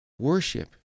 Worship